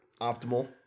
optimal